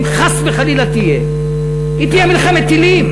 שתהיה, אם חס וחלילה תהיה, היא תהיה מלחמת טילים.